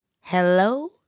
Hello